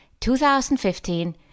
2015